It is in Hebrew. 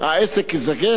העסק ייסגר,